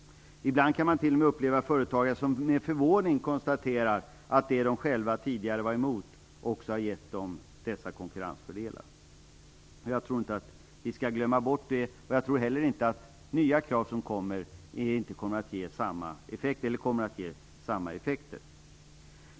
Ibland kan man t.o.m. uppleva företagare som med förvåning konstaterar att det som de själva tidigare var emot också har gett dem dessa konkurrensfördelar. Jag tror inte att vi skall glömma bort det, och jag tror att nya krav som kommer att ställas kommer att ge samma effekter.